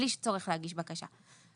בלי צורך להגיש בקשה.